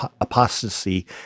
apostasy